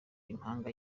impanga